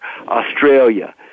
Australia